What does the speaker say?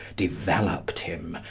developed him,